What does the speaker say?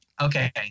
okay